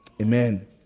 Amen